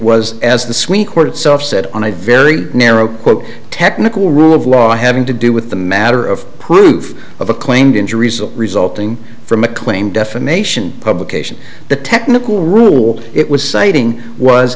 was as the sweet court itself said on a very narrow quote technical rule of law having to do with the matter of proof if a claimed injuries resulting from a claim defamation publication the technical rule it was citing was